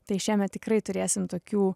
tai šiemet tikrai turėsim tokių